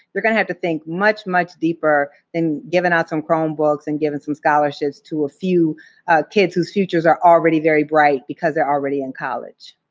you're gonna have to think much, much deeper than giving out some chromebooks and giving some scholarships to a few kids whose futures are already very bright because they're already in college.